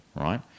right